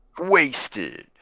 Wasted